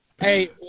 Hey